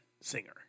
singer